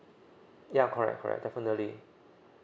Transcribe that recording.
ya correct correct definitely